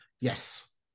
Yes